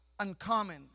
uncommon